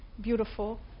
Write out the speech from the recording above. beautiful